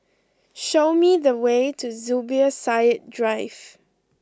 show me the way to Zubir Said Drive